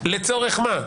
לצורך מה?